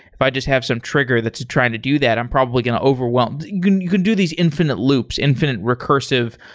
if i just have some trigger that's trying to do that, i'm probably going to overwhelm you can do these infinite loops, infinite recursive,